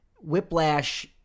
Whiplash